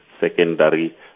secondary